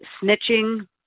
snitching